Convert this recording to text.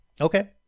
Okay